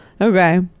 okay